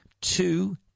two